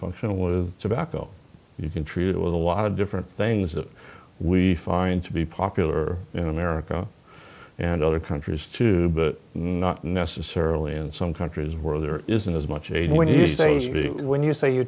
function with tobacco you can treat it with a lot of different things that we find to be popular in america and other countries to but not necessarily in some countries where there isn't as much and when you say when you say you